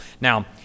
Now